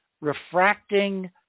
refracting